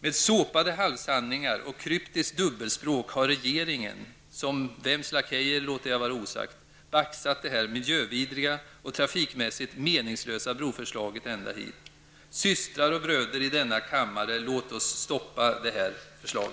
Med såpade halvsanningar och kryptiskt dubbelspråk har regeringen, som vems lakejer låter jag vara osagt, baxat det här miljövidriga och trafikmässigt meningslösa broförslaget ända hit. Systrar och bröder i denna kammare: Låt oss stoppa detta förslag!